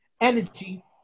energy